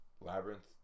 labyrinth